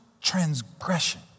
transgression